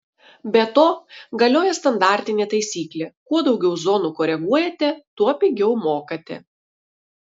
be to galioja standartinė taisyklė kuo daugiau zonų koreguojate tuo pigiau mokate